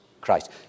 Christ